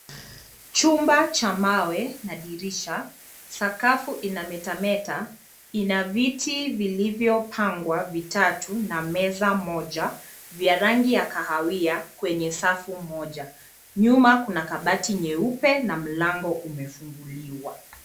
Chumba cha mawe na dirisha, sakafu ina metameta, ina viti vilivyopangwa vitatu na meza moja vya rangi ya kahawia kwenye safu moja. Nyuma kuna kabati nyeupe na mlango umefunguliwa